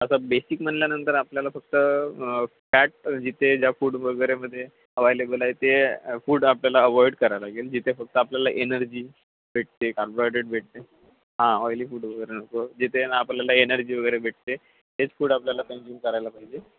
तसं बेसिक म्हटल्यानंतर आपल्याला फक्त फॅट जिथे ज्या फूड वगैरेमध्ये अवायलेबल आहे ते फूड आपल्याला अवॉइड करावं लागेल जिथे फक्त आपल्याला एनर्जी भेटते कार्बोहायड्रेट भेटते हां ऑइली फूड वगैरे नको जिथे आहे ना आपल्याला एनर्जी वगैरे भेटते तेच फूड आपल्याला कंज्यूम करायला पाहिजे